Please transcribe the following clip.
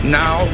now